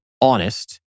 honest